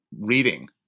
reading